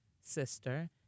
sister